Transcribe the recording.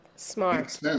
smart